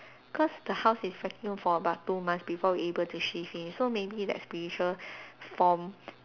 because the house is vacant for about two months before we able to shift in so maybe that spiritual form